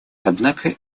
однако